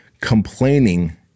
Complaining